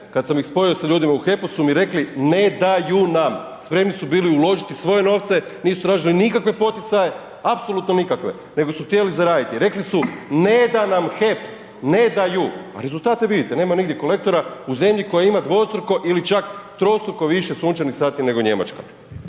kada sam ih spojio sa ljudima u HEP-u su mi rekli ne daju nam, spremni su bili uložiti svoje novce, nisu tražili nikakve poticaje, apsolutno nikakve nego su htjeli zaraditi. Rekli su ne da nam HEP, ne daju. A rezultate vidite, nema nigdje kolektora u zemlji koja ima dvostruko ili čak trostruko više sunčanih sati nego Njemačka.